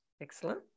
Excellent